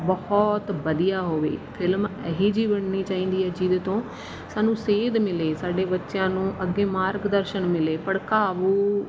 ਬਹੁਤ ਵਧੀਆ ਹੋਵੇ ਫਿਲਮ ਇਹੀ ਜਿਹੀ ਬਣਨੀ ਚਾਹੀਦੀ ਹੈ ਜਿਹਦੇ ਤੋਂ ਸਾਨੂੰ ਸੇਧ ਮਿਲੇ ਸਾਡੇ ਬੱਚਿਆਂ ਨੂੰ ਅੱਗੇ ਮਾਰਗ ਦਰਸ਼ਨ ਮਿਲੇ ਭੜਕਾਵੂ